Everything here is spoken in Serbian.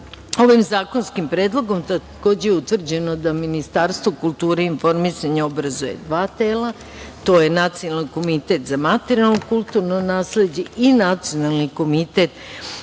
nas. Ovim zakonskim predlogom je takođe utvrđeno da Ministarstvo kulture i obrazovanja obrazuje dva tela, to je Nacionalni komitet za materijalno kulturno nasleđe i Nacionalni komitet